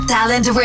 Talent